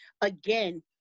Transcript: again